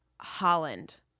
Holland